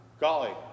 golly